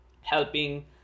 Helping